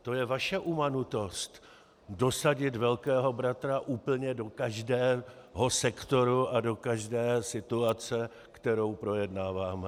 To je vaše umanutost dosadit Velkého bratra úplně do každého sektoru a do každé situace, kterou projednáváme.